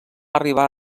arribar